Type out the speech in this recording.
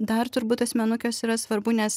dar turbūt asmenukės yra svarbu nes